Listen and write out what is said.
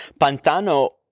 Pantano